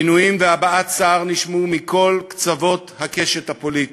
גינויים והבעת צער נשמעו מכל קצוות הקשת הפוליטית,